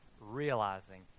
realizing